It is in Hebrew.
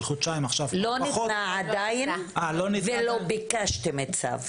חודשיים -- לא ניתנה עדיין ולא ביקשתם צו.